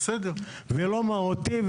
ולא תפקיד מהותי.